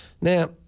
Now